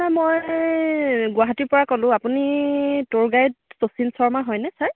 sir মই গুৱাহাটীৰ পৰা ক'লোঁ আপুনি টুৰ গাইড শচীন শৰ্মা হয়নে